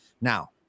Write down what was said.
Now